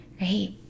right